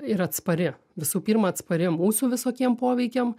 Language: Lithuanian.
ir atspari visų pirma atspari mūsų visokiem poveikiam